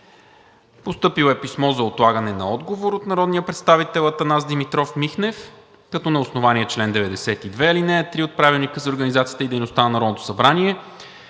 Постъпило е писмо за отлагане на отговор от народния представител Атанас Димитров Михнев, като на основание чл. 92, ал. 3 от Правилника за организацията и дейността на Народното събрание